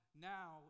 now